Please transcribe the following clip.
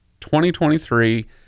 2023